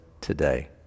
today